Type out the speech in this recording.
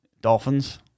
Dolphins